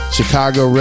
Chicago